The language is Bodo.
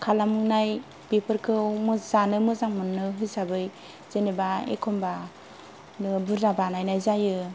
खालामनाय बेफोरखौ जानो मोजां मोनो हिसाबै जेनेबा एखमब्ला बुरजा बानायनाय जायो